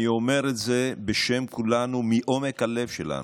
אני אומר את זה בשם כולנו, מעומק הלב שלנו.